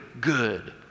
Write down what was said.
good